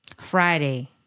Friday